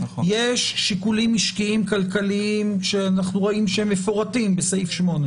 יש שיקולים משקיים כלכליים שאנחנו רואים שמפורטים בסעיף 8,